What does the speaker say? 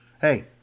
Hey